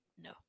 No